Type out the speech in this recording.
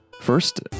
First